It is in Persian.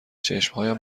چشمهایم